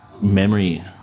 memory